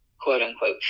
quote-unquote